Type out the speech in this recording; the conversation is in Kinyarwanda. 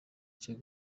cyo